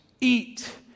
eat